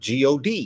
god